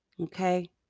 Okay